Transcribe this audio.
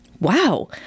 wow